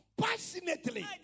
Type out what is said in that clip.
passionately